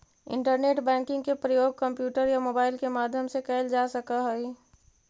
internet banking के प्रयोग computer या मोबाइल के माध्यम से कैल जा सकऽ हइ